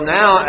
now